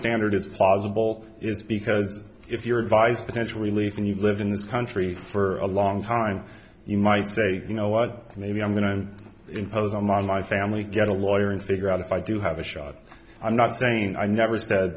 standard is posible is because if you're advised potential relief and you live in this country for a long time you might say you know what maybe i'm going to impose on my family get a lawyer and figure out if i do have a shot i'm not saying i never said